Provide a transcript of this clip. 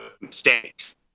mistakes